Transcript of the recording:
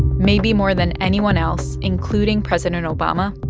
maybe more than anyone else, including president obama,